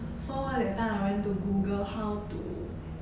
so at that time I went to google how to